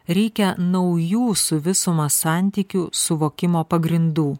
reikia naujų su visuma santykių suvokimo pagrindų